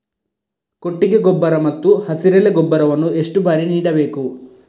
ಕೊಟ್ಟಿಗೆ ಗೊಬ್ಬರ ಮತ್ತು ಹಸಿರೆಲೆ ಗೊಬ್ಬರವನ್ನು ಎಷ್ಟು ಬಾರಿ ನೀಡಬೇಕು?